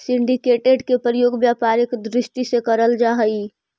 syndicated के प्रयोग व्यापारिक दृष्टि से करल जा हई